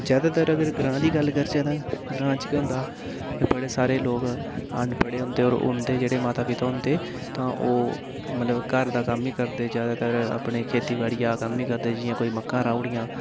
ज्यादातर अगर ग्रांऽ दी गल्ल करचै तां ग्रांऽ च केह् होंदा कि बड़े सारे लोक अनपढ़े होंदे होर उं'दे जेह्ड़े माता पिता होंदे तां ओह् मतलब घर दा कम्म गी करदे ज्यादातर अपनी खेतीबाड़िया दा कम्म नि करदे जियां कोई मक्कां राही ओड़ियां